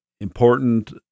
Important